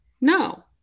No